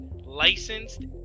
licensed